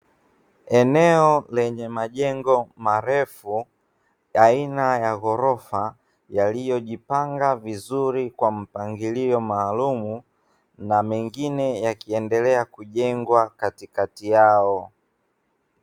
Eneo lenye majengo marefu aina ya ghorofa ,yaliyojipanga vizuri kwa mpagilio maalumu ,na mengine yakiendelea kujengwa katikati yao.